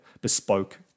bespoke